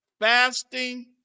fasting